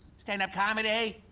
stand-up comedy?